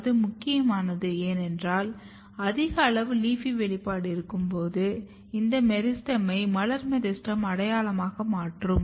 அது முக்கியமானது ஏனென்றால் அதிக அளவு LEAFY வெளிப்பாடு இருக்கும்போது இந்த மெரிஸ்டெமை மலர் மெரிஸ்டெம் அடையாளமாக மாற்றும்